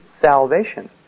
salvation